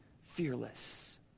fearless